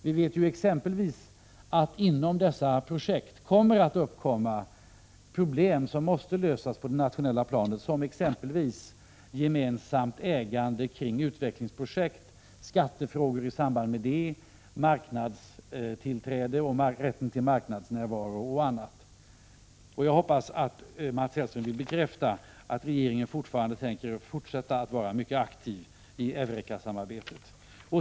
Vi vet exempelvis att det inom dessa projekt kommer att uppkomma problem som måste lösas på det nationella planet, exempelvis gemensamt ägande kring utvecklingsprojekt, skattefrågor i samband med det, marknadstillträde och rätten till marknadsnärvaro och annat. Jag hoppas att Mats Hellström vill bekräfta att regeringen tänker fortsätta att vara mycket aktiv i EUREKA-samarbetet.